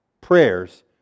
Prayers